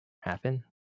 happen